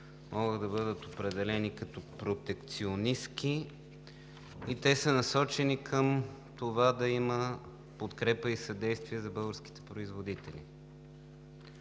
могат да бъдат определени като протекционистки, и те са насочени към това да има подкрепа и съдействие за българските производители.